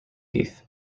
heath